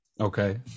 Okay